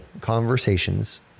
conversations